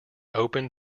open